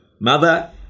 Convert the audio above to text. Mother